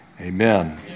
Amen